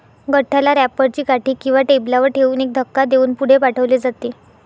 गठ्ठ्याला रॅपर ची काठी किंवा टेबलावर ठेवून एक धक्का देऊन पुढे पाठवले जाते